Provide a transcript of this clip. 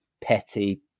petty